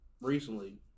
recently